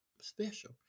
special